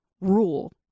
rule